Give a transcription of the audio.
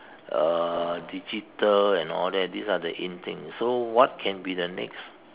uh digital and all that these are the in things so what can be the next